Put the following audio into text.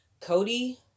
cody